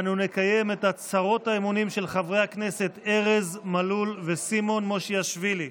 אנו נקיים את הצהרות האמונים של חברי הכנסת ארז מלול וסימון מושיאשוילי.